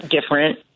different